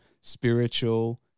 spiritual